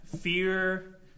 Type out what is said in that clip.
fear